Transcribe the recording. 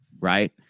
right